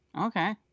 Okay